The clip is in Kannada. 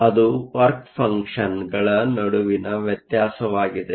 ಅದು ವರ್ಕ್ ಫಂಕ್ಷನ್ಗಳ ನಡುವಿನ ವ್ಯತ್ಯಾಸವಾಗಿದೆ